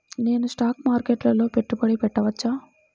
నేను స్టాక్ మార్కెట్లో పెట్టుబడి పెట్టవచ్చా?